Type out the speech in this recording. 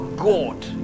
God